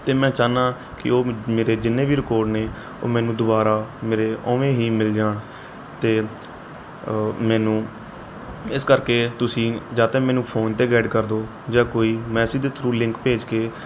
ਅਤੇ ਮੈਂ ਚਾਹੁੰਦਾ ਕਿ ਉਹ ਮੇਰੇ ਜਿੰਨੇ ਵੀ ਰਿਕੋਡ ਨੇ ਉਹ ਮੈਨੂੰ ਦੁਬਾਰਾ ਮੇਰੇ ਉਵੇਂ ਹੀ ਮਿਲ ਜਾਣ ਅਤੇ ਮੈਨੂੰ ਇਸ ਕਰਕੇ ਤੁਸੀਂ ਜਾਂ ਤਾਂ ਮੈਨੂੰ ਫੋਨ 'ਤੇ ਗਾਈਡ ਕਰ ਦਿਉ ਜਾਂ ਕੋਈ ਮੈਸੇਜ ਦੇ ਥਰੂ ਲਿੰਕ ਭੇਜ ਕੇ